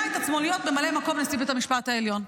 את עצמו להיות ממלא מקום נשיא בית המשפט העליון.